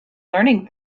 learning